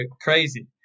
crazy